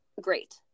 great